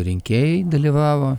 rinkėjai dalyvavo